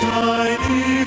tiny